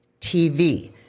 TV